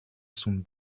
zum